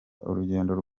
urugendo